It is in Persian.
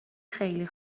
خیلی